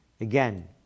Again